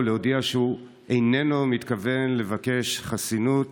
להודיע שהוא איננו מתכוון לבקש חסינות